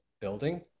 building